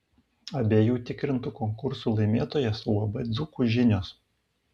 abiejų tikrintų konkursų laimėtojas uab dzūkų žinios